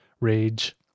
rage